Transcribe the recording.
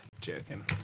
Joking